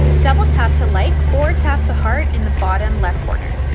double tap to like or tap the heart in the bottom left corner.